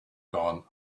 gone